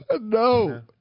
No